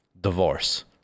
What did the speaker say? divorce